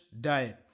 diet